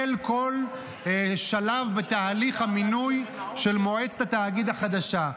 כל שלב בתהליך המינוי של מועצת התאגיד החדשה.